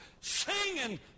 singing